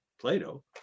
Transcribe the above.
Plato